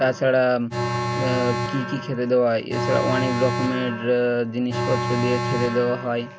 তাছাড়া কী কী খেতে দেওয়া এছাড়া অনেক রক মের জিনিসপত্র দিয়ে খেতে দেওয়া হয়